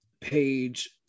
page